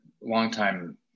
longtime